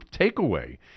takeaway